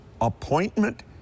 appointment